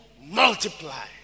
multiply